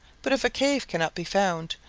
but if a cave cannot be found,